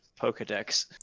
Pokedex